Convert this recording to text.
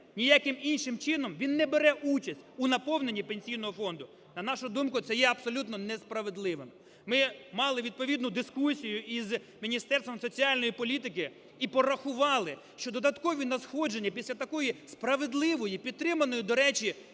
Ніяким іншим чином він не бере участь у наповненні Пенсійного фонду. На нашу думку, це є абсолютно несправедливим. Ми мали відповідну дискусію із Міністерством соціальної політики і порахували, що додаткові надходження після такої справедливої, підтриманої, до речі,